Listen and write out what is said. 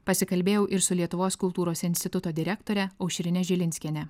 pasikalbėjau ir su lietuvos kultūros instituto direktore aušrine žilinskiene